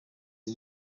uyu